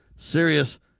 Serious